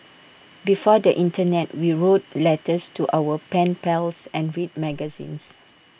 before the Internet we wrote letters to our pen pals and read magazines